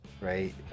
right